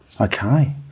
Okay